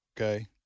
okay